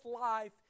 life